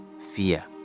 fear